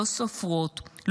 לא סופרות,